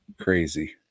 Crazy